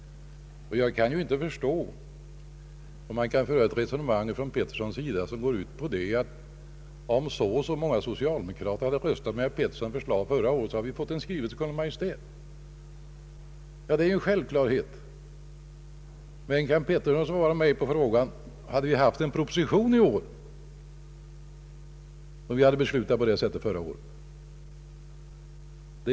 Jag kan heller inte förstå hur herr Pettersson kan föra ett resonemang som går ut på att riksdagen, om så och så många socialdemokrater hade röstat för herr Petterssons förslag förra året, hade fått en skrivelse till Kungl. Maj:t. Det är självklart att så hade skett. Men kan herr Pettersson svara på min fråga: Hade vi fått någon proposition i ämnet i år, om vi hade beslutat på detta sätt förra året?